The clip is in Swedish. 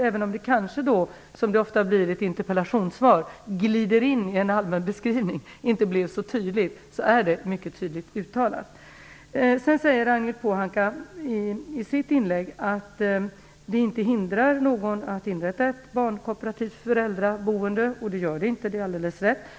Även om det kanske glider in i en allmän beskrivning, som det ofta gör i ett interpellationssvar, är det ändå mycket tydligt uttalat. Ragnhild Pohanka säger i sitt inlägg att ingenting hindrar någon från att inrätta ett barnkooperativt föräldraboende, vilket det helt riktigt inte gör.